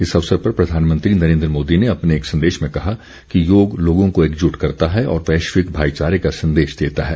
इस अवसर पर प्रधानमंत्री नरेन्द्र मोदी ने अपने एक संदेश में कहा कि योग लोगों को एकजुट करता है और वैश्विक भाईचारे का संदेश देता है